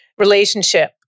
Relationship